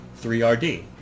3RD